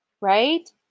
right